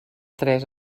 tres